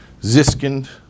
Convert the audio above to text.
Ziskind